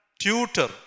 tutor